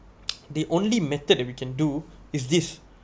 the only method that we can do is this